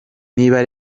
niba